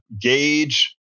gauge